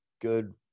good